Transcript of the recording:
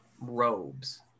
robes